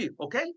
okay